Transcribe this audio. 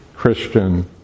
Christian